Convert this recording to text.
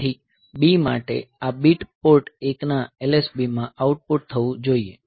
તેથી B માટે આ બીટ પોર્ટ 1 ના LSBમાં આઉટપુટ થવો જોઈએ